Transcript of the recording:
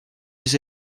les